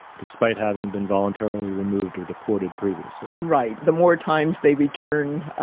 despite having been voluntarily removed or deported previously. right, the more times they return,